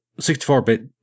64-bit